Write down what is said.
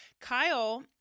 Kyle